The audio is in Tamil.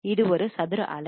இது ஒரு சதுர அலை